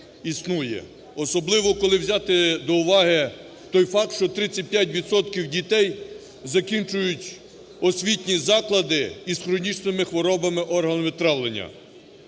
особливо коли взяти до уваги той факт, що 35 відсотків дітей закінчують освітні заклади із хронічними хворобами органів травлення.